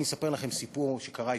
אני אספר לכם סיפור שקרה אתמול,